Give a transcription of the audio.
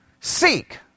Seek